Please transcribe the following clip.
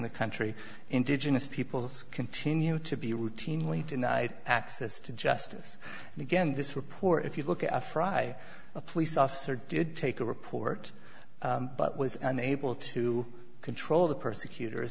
the country indigenous peoples continue to be routinely denied access to justice and again this report if you look at a fry a police officer did take a report but was unable to control the persecut